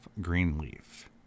Greenleaf